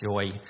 joy